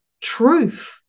truth